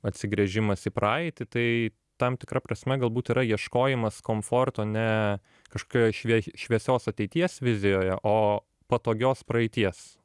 atsigręžimas į praeitį tai tam tikra prasme galbūt yra ieškojimas komforto ne kažkokioj švie šviesios ateities vizijoje o patogios praeities